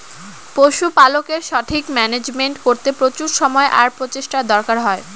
পশুপালকের সঠিক মান্যাজমেন্ট করতে প্রচুর সময় আর প্রচেষ্টার দরকার হয়